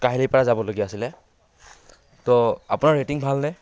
কাহিলিপাৰা যাবলগীয়া আছিলে ত' আপোনাৰ ৰেটিং ভালনে